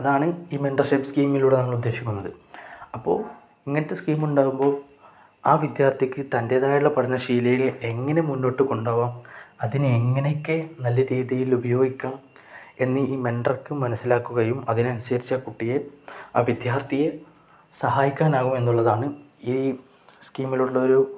അതാണ് ഈ മെൻറർഷിപ്പ് സ്കീമിലൂടെ നമ്മൾ ഉദ്ദേശിക്കുന്നത് അപ്പോ ഇങ്ങനത്തെ സ്കീമ ഉണ്ടാാവുമ്പോൾ ആ വിദ്യാർത്ഥിക്ക് തൻ്റേതായുള്ള പഠന ശീലം അതിൽ എങ്ങനെ മുന്നോട്ട് കൊണ്ടു പോവാം അതിന് എങ്ങനെയൊക്കെ നല്ല രീതിയിൽ ഉപയോഗിക്കാം എന്ന ഈ മെൻ്റർക്ക് മനസ്സിലാക്കുകയും അതിന് അനുസരിച്ചു കുട്ടിയെ ആ വിദ്യാർത്ഥിയെ സഹായിക്കാനാകും എന്നുള്ളതാണ് ഈ സ്കീമിലുള്ള ഒരു